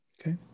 Okay